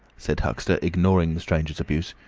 said huxter, ignoring the stranger's abuse.